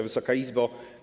Wysoka Izbo!